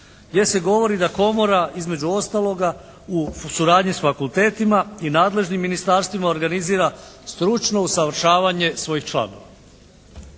gdje se govori da komora između ostaloga u suradnji s fakultetima i nadležnim ministarstvima organizira stručno usavršavanje svojih članova.